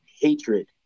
hatred